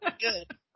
Good